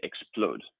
explode